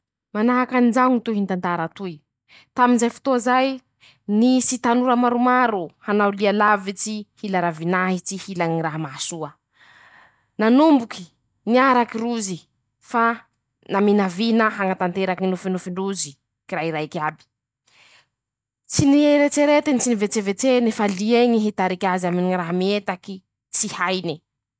Manahaky anizao ñy tohiny tantara toy: -"Tamy zay fotoa zay ,nisy tanora maromaro ,hanao lia lavitsy ,hila ravinahitsy ,hila ñy raha mahasoa ,nanomboky niaraky rozy ,fa naminavina hañatanteraky ñy nofinofindrozy ,kirairaiky iaby ;tsy nieretseretiny ,tsy nivetsevetseny fa li'eñy hitariky azy aminy ñy raha mietaky tsy haine."